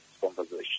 conversation